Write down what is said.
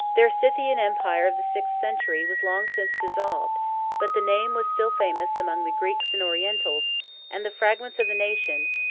their scythian empire of the sixth century was long since dissolved but the name was still famous among the greeks and orientals and the fragments of the nation,